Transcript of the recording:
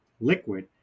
liquid